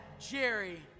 Jerry